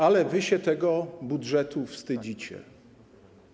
Ale wy się tego budżetu wstydzicie.